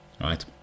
Right